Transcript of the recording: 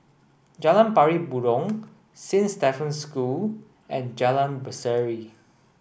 Jalan Pari Burong Saint Stephen's School and Jalan Berseri